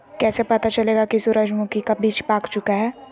कैसे पता चलेगा की सूरजमुखी का बिज पाक चूका है?